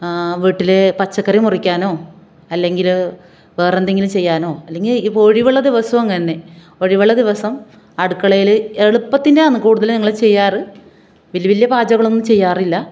വീട്ടിൽ പച്ചക്കറി മുറിക്കാനോ അല്ലെങ്കിൽ വേറെ എന്തെങ്കിലും ചെയ്യാനോ അല്ലെങ്കിൽ ഇപ്പോൾ ഒഴിവുള്ള ദിവസവും അങ്ങനെ തന്നെ ഒഴിവുള്ള ദിവസം അടുക്കളയിൽ എളുപ്പത്തിൻ്റെ ആണ് കൂടുതൽ ഞങ്ങൾ ചെയ്യാറ് വലിയ വലിയ പാചകങ്ങളൊന്നും ചെയ്യാറില്ല